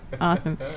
Awesome